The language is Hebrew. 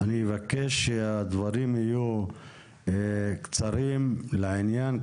אני אבקש שהדברים יהיו קצרים ולעניין,